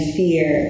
fear